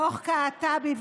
דוח קעטבי,